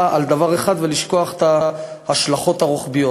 על דבר אחד ולשכוח את ההשלכות הרוחביות.